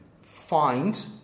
find